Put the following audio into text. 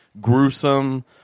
gruesome